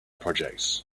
projects